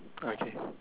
okay